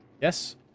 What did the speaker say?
Yes